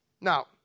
Now